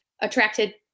attracted